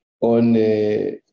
on